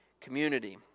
community